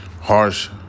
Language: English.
harsh